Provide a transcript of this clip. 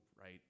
right